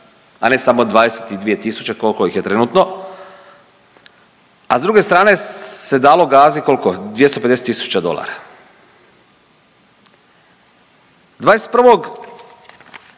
a ne samo 22 tisuće, koliko ih je trenutno, a s druge strane se dalo Gazi, koliko 250 tisuća dolara. 21.,